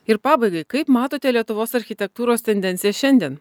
ir pabaigai kaip matote lietuvos architektūros tendencijas šiandien